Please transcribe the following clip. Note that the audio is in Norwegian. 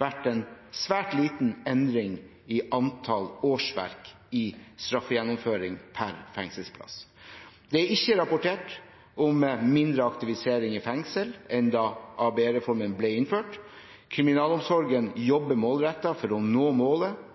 vært en svært liten endring i antall årsverk i straffegjennomføring per fengselsplass. Det er ikke rapportert om mindre aktivisering i fengsel enn da ABE-reformen ble innført. Kriminalomsorgen jobber målrettet for å nå målet